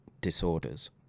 disorders